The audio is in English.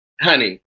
honey